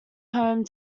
home